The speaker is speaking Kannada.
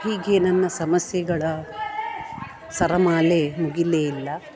ಹೀಗೆ ನನ್ನ ಸಮಸ್ಯೆಗಳ ಸರಮಾಲೆ ಮುಗಿಲೇ ಇಲ್ಲ